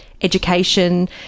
education